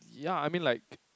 ya I mean like